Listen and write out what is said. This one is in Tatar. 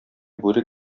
бүре